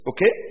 Okay